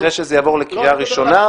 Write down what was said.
אחרי שזה יעבור לקריאה ראשונה,